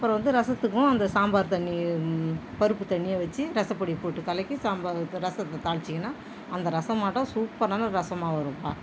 அப்புறம் வந்து ரசத்துக்கும் அந்த சாம்பார் தண்ணி பருப்பு தண்ணியை வச்சு ரசப்பொடி போட்டு கலக்கி சாம்பார் ரசத்தை தாளிச்சிங்கன்னா அந்த ரசமாட்டம் சூப்பரான ரசமாகவும் இருக்கும்பா